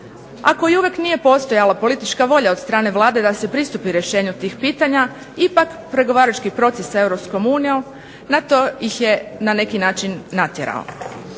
Ako i uvijek nije postojala politička volja od strane Vlade da se pristupi rješenju tih pitanja ipak pregovarački proces sa Europskom unijom na to ih je na neki način natjerao.